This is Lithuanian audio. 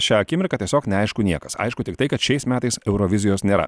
šią akimirką tiesiog neaišku niekas aišku tiktai kad šiais metais eurovizijos nėra